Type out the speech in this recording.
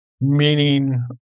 Meaning